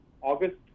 August